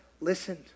listened